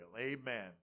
Amen